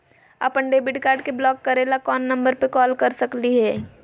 अपन debit card के block करे ला कौन नंबर पे कॉल कर सकली हई?